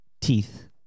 teeth